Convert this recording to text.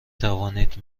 توانید